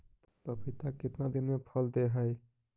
पपीता कितना दिन मे फल दे हय?